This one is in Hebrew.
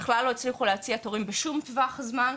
שבכלל לא הצליחו להציע תורים בשום טווח זמן.